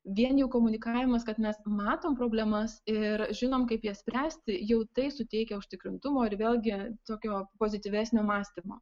vien jau komunikavimas kad mes matom problemas ir žinom kaip jas spręsti jau tai suteikia užtikrintumo ir vėlgi tokio pozityvesnio mąstymo